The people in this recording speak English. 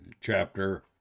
chapter